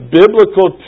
biblical